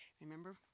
remember